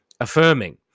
affirming